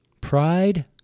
pride